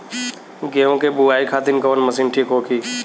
गेहूँ के बुआई खातिन कवन मशीन ठीक होखि?